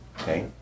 okay